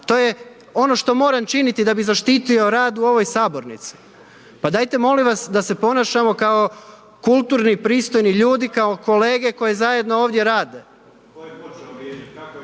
To je ono što moram činiti da bi zaštitio rad u ovoj sabornici, pa dajte molim vas da se ponašamo kao kulturni, pristojni ljudi, kao kolege koji zajedno ovdje rade.